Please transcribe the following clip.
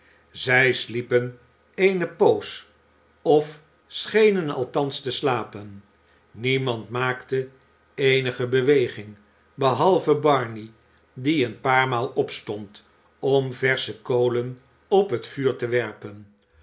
zij sliepen eene poos of schenen althans te slapen niemand maakte eenige beweging behalve barney die een paar maal opstond om versche kolen op het vuur te werpen